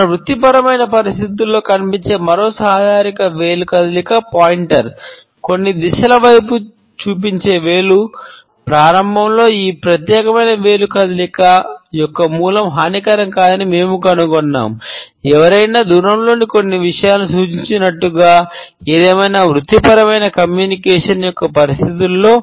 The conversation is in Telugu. మన వృత్తిపరమైన పరిస్థితులలో కనిపించే మరో సాధారణ వేలు కదలిక పాయింటర్ పరిగణించబడుతుంది